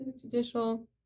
Judicial